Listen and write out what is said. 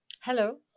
Hello